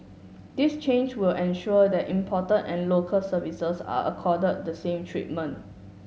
this change will ensure that imported and local services are accorded the same treatment